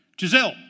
Giselle